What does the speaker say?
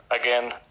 again